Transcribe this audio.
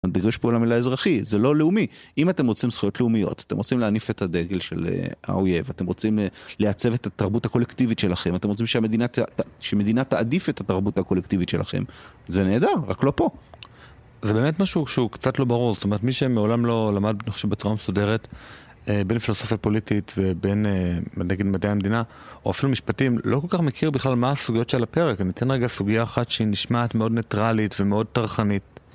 הדגש פה על המילה אזרחי, זה לא לאומי. אם אתם רוצים זכויות לאומיות, אתם רוצים להניף את הדגל של האויב, אתם רוצים לייצב את התרבות הקולקטיבית שלכם, אתם רוצים שמדינה תעדיף את התרבות הקולקטיבית שלכם, זה נהדר, רק לא פה. זה באמת משהו שהוא קצת לא ברור. זאת אומרת מי שמעולם לא למד, בצורה מסודרת, בין אם פילוסופיה פוליטית ובין נגיד מדעי המדינה, או אפילו משפטים, לא כל כך מכיר בכלל מה הסוגיות של הפרק. אני אתן רגע סוגיה אחת שהיא נשמעת מאוד ניטרלית ומאוד טרחנית.